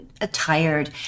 attired